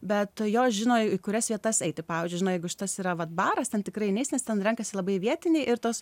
bet jos žino į kurias vietas eiti pavyzdžiui žino jeigu šitas yra vat baras ten tikrai neis nes ten renkasi labai vietiniai ir tos